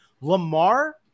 Lamar